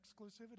exclusivity